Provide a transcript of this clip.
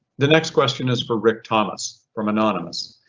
the next question is for rick thomas from anonymous.